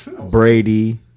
Brady